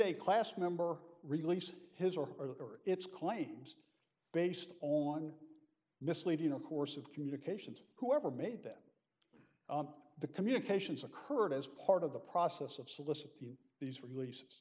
a class member release his or her or its claims based on misleading or course of communications whoever made that the communications occurred as part of the process of soliciting these release